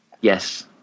Yes